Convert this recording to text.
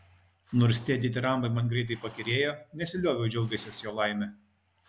nors tie ditirambai man greitai pakyrėjo nesilioviau džiaugęsis jo laime